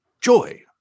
joy